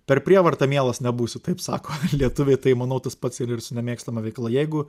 per prievartą mielas nebūsi taip sako lietuviai tai manau tas pats ir ir su nemėgstama veikla jeigu